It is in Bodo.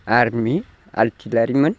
आरमि आरटिलारिमोन